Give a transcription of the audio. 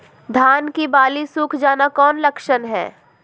धान की बाली सुख जाना कौन लक्षण हैं?